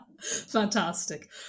Fantastic